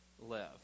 live